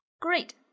Great